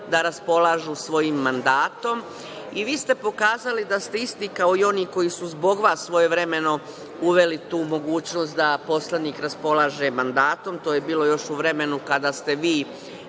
da raspolažu svojim mandatom. Vi ste pokazali da ste isti kao i oni koji su zbog vas svojevremeno uveli tu mogućnost da poslanik raspolaže mandatom. To je bilo još u vremenu kada ste vi